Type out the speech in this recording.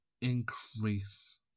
increase